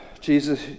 Jesus